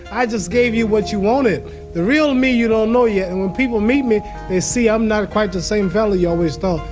i just gave you what you wanted. the real me you don't know yet, and when people meet me they see i'm not quite the same fella you always thought.